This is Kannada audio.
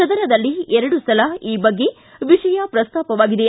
ಸದನದಲ್ಲಿ ಎರಡು ಸಲ ಈ ಬಗ್ಗೆ ವಿಷಯ ಪ್ರಸ್ತಾಪವಾಗಿದೆ